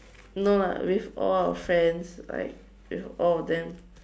no lah with all our friends like with all of them